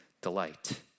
delight